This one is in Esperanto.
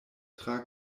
tra